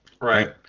Right